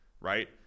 right